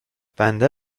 بنده